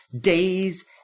days